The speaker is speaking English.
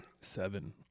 Seven